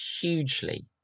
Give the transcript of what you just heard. hugely